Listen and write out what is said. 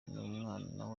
n’umwana